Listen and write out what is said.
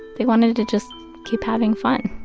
they wanted to just keep having fun.